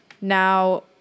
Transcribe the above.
now